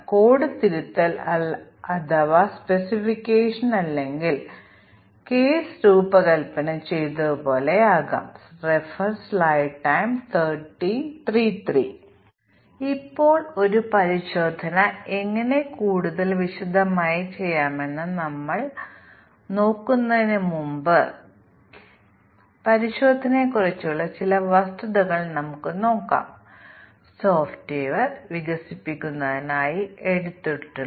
i 5 ബ്രേക്ക്കൾക്ക് തുല്യമാണെങ്കിൽ നിങ്ങൾ ഗ്രേയിറ്റർ താൻ 5 ഗ്രേയിറ്റർ താൻ 5 ആയി ഇവിടെ മാറിയെങ്കിൽ ഇപ്പോൾ അവ യഥാർത്ഥത്തിൽ സമാനമാണ് കാരണം ഇവിടെ കടന്നുപോകുന്ന ടെസ്റ്റ് കേസ് ഞങ്ങൾ ഇവിടെയും കടന്നുപോകും ഇവ രണ്ടും തുല്യമാണെന്ന് ഞങ്ങൾ പറയുന്നു